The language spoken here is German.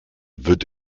wird